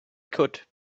could